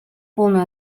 полное